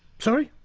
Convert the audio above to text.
sorry?